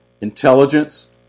intelligence